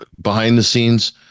behind-the-scenes